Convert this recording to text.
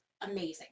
amazing